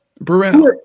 Burrell